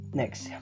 next